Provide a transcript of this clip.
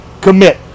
commit